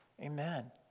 Amen